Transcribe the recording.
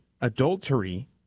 adultery